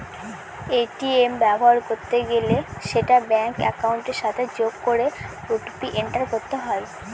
ATM ব্যবহার করতে গেলে সেটা ব্যাঙ্ক একাউন্টের সাথে যোগ করে ও.টি.পি এন্টার করতে হয়